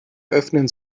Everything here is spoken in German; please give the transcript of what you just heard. öffnen